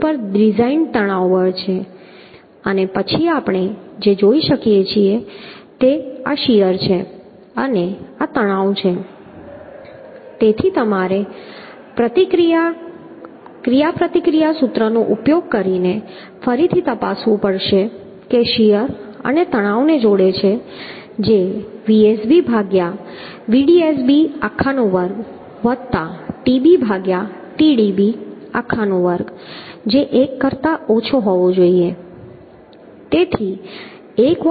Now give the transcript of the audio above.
આ બોલ્ટ પર ડિઝાઈન તણાવ બળ છે અને પછી આપણે જે જોઈ શકીએ તે આ શીયર છે અને આ તણાવ છે તેથી તમારે ક્રિયાપ્રતિક્રિયા સૂત્રનો ઉપયોગ કરીને ફરીથી તપાસવું પડશે કે શીયર અને તણાવને જોડે છે જે Vsb ભાગ્યા Vdsb આખા નો વર્ગ વત્તા Tb ભાગ્યા Tdb આખા નો વર્ગ જે 1 કરતા ઓછો હોવો જોઈએ